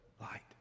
light